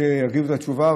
שיגידו את התשובה,